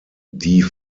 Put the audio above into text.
die